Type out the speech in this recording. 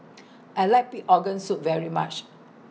I like Pig Organ Soup very much